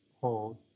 hold